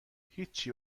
هیچی